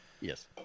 Yes